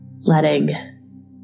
Letting